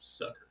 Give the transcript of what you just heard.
sucker